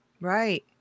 right